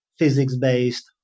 physics-based